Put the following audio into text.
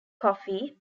coffee